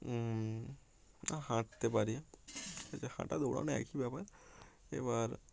না হাঁটতে পারি ঠিক আছে হাঁটা দৌড়ানো একই ব্যাপার এবার